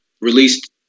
released